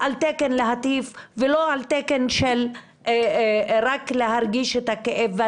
להטיף ולא על תקן של רק להרגיש את הכאב.